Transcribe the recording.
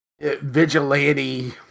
vigilante